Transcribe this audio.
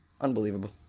Unbelievable